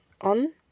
on